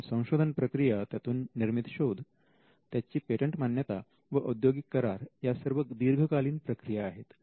कारण संशोधन प्रक्रिया त्यातून निर्मित शोध त्यांची पेटंट मान्यता व औद्योगिक करार या सर्व दीर्घकालीन प्रक्रिया आहेत